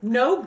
no